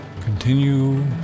Continue